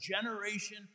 generation